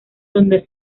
donde